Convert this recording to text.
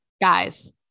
Guys